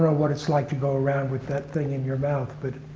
what it's like to go around with that thing in your mouth. but